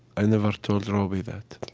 i never told robi that.